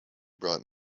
brought